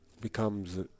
becomes